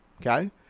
okay